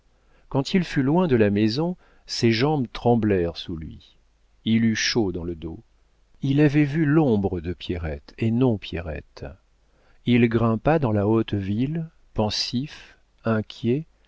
quand il fut loin de la maison ses jambes tremblèrent sous lui il eut chaud dans le dos il avait vu l'ombre de pierrette et non pierrette il grimpa dans la haute ville pensif inquiet